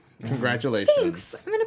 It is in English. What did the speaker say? Congratulations